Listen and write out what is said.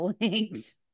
linked